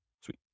Sweet